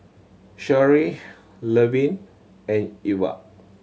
Sharee Levin and Irva